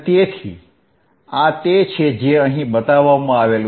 તેથી આ તે છે જે અહીં બતાવવામાં આવ્યું છે